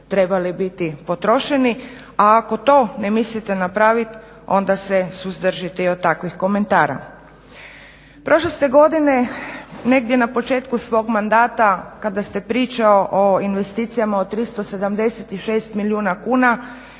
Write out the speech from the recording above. trebali biti potrošeni. A ako to ne mislite napravit onda se suzdržite i od takvih komentara. Prošle ste godine negdje na početku svog mandata kada se priča o investicijama o 376 milijuna kuna